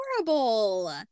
adorable